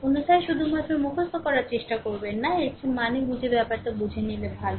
অন্যথায় শুধুমাত্র মুখস্থ করার চেষ্টা করবেন না এর চেয়ে মানে বুঝে ব্যাপারটা বুঝে নিলে ভালো